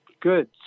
good